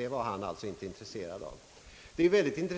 Det var alltså herr Björk inte intresserad av. Det är emellertid mycket